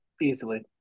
Easily